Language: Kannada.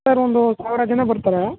ಸರ್ ಒಂದು ಸಾವಿರ ಜನ ಬರ್ತಾರೆ